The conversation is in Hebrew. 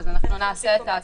אנחנו נעשה את ההתאמות.